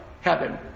heaven